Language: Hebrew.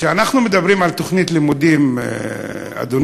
כשאנחנו מדברים על תוכנית לימודים, אדוני,